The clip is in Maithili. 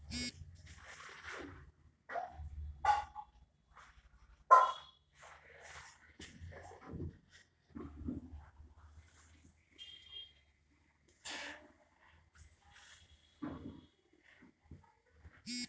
श्रीमान गेहूं के बीज के शत प्रतिसत अंकुरण होबाक पुष्टि केना कैल जाय?